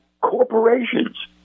corporations